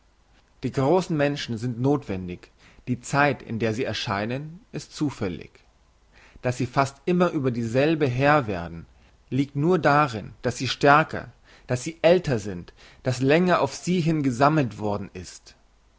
die grossen menschen sind nothwendig die zeit in der sie erscheinen ist zufällig dass sie fast immer über dieselbe herr werden liegt nur darin dass sie stärker dass sie älter sind dass länger auf sie hin gesammelt worden ist